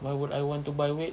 why would I want to buy weights